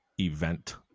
event